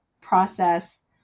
process